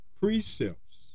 precepts